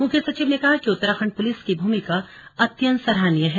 मुख्य सचिव ने कहा कि उत्तराखंड पुलिस की भूमिका अत्येत सराहनीय है